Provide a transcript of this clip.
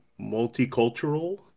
Multicultural